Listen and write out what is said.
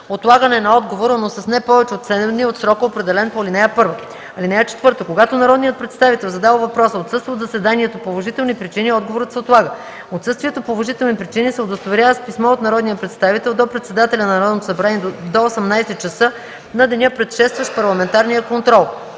отлагане на отговора, но с не повече от 7 дни от срока, определен по ал. 1. (4) Когато народният представител, задал въпроса, отсъства от заседанието по уважителни причини, отговорът се отлага. Отсъствието по уважителни причини се удостоверява с писмо от народния представител до председателя на Народното събрание до 18,00 часа на деня, предшестващ парламентарния контрол.